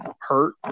hurt